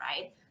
right